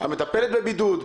המטפלת בבידוד.